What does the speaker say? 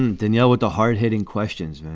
and danielle, what the hard hitting questions.